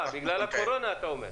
בגלל הקורונה, אתה אומר.